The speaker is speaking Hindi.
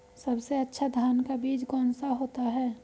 सबसे अच्छा धान का बीज कौन सा होता है?